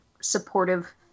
supportive